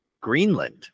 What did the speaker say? Greenland